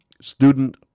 Student